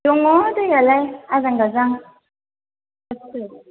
दङ दैयालाय आजां गाजां